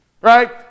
right